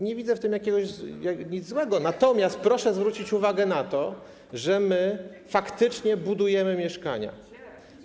Nie widzę w tym nic złego, natomiast proszę zwrócić uwagę na to, że my faktycznie budujemy mieszkania.